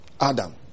Adam